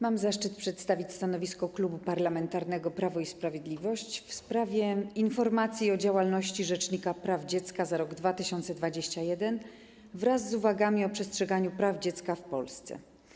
Mam zaszczyt przedstawić stanowisko Klubu Parlamentarnego Prawo i Sprawiedliwość w sprawie informacji o działalności rzecznika praw dziecka za rok 2021 wraz z uwagami o przestrzeganiu praw dziecka w Polsce.